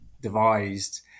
devised